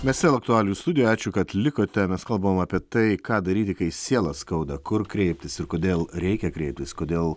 mes vėl aktualijų studijoj ačiū kad likote mes kalbam apie tai ką daryti kai sielą skauda kur kreiptis ir kodėl reikia kreiptis kodėl